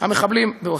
המחבלים באוסלו.